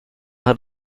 hat